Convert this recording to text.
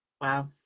Wow